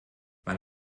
wann